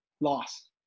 loss